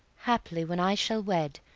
haply, when i shall wed,